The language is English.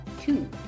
two